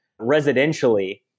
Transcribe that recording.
residentially